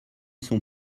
sont